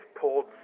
pulled